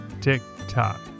Tick-Tock